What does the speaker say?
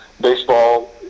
baseball